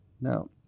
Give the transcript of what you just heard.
Now